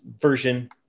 version